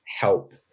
help